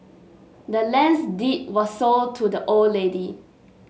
the land's deed was sold to the old lady